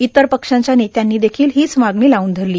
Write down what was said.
इतर पक्षांच्या नेत्यांनी देखील हीच मागणी लावून धरली